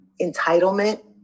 Entitlement